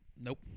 Nope